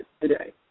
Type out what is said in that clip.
today